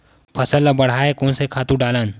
फसल ल बढ़ाय कोन से खातु डालन?